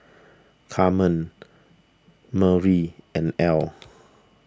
Carmen Myrle and Ely